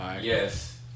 Yes